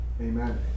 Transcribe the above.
amen